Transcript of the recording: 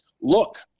Look